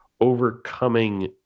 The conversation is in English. overcoming